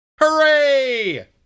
Hooray